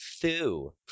Thu